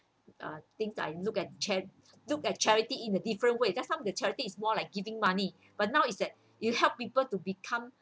uh I think I look at cha~ look at charity in a different way just some of the charity is more like giving money but now is that you help people to become